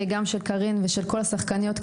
גם של קארין ושל כל השחקניות,